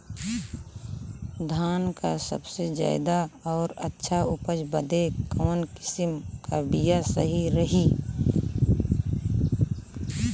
धान क सबसे ज्यादा और अच्छा उपज बदे कवन किसीम क बिया सही रही?